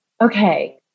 okay